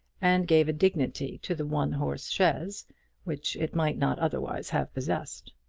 and gave a dignity to the one-horse chaise which it might not otherwise have possessed.